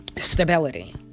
Stability